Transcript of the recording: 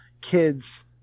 kids